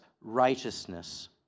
righteousness